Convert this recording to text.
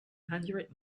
hundred